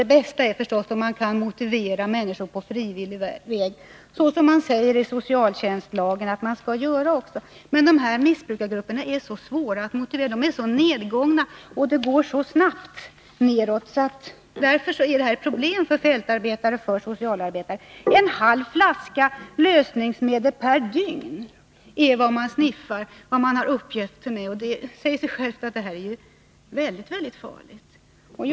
Det bästa är naturligtvis om man kunde motivera människor på frivillig väg, såsom det sägs i socialtjänstlagen att man skall göra. Men dessa missbrukargrupper är svåra att motivera. De är så nedgångna, och det går så snabbt nedåt. Därför är detta ett problem för fältarbetare och för socialarbetare. En halv flaska lösningsmedel per dygn är vad man sniffar, enligt vad som uppgetts för mig. Det säger sig självt att detta är väldigt farligt.